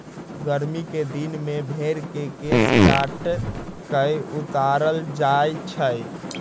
गरमि कें दिन में भेर के केश काट कऽ उतारल जाइ छइ